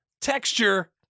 texture